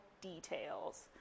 details